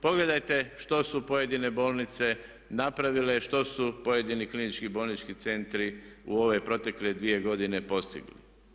Pogledajte što su pojedine bolnice napravile, što su pojedini klinički bolnički centri u ove protekle dvije godine postigli.